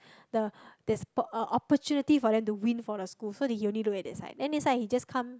the there's po~ opportunity for them to win for the school so he only look that side then this side he just come